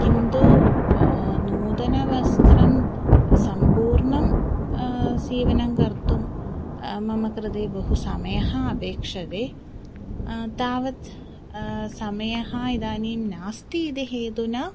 किन्तु नूतनवस्त्रं सम्पूर्णं सीवनं कर्तुं मम कृते बहु समयः अपेक्षते तावत् समयः इदानीं नास्ति इति हेतुना